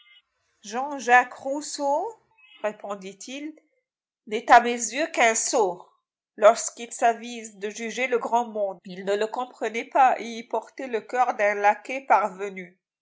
j j rousscau répondit-il n'est à mes yeux qu'un sot lorsqu'il s'avise de juger le grand monde il ne le comprenait pas et y portait le coeur d'un laquais parvenu